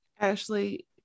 Ashley